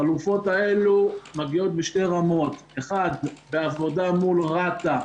החלופות האלה מגיעות בשתי רמות: 1. בעבודה מול רת"א,